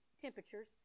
temperatures